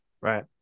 Right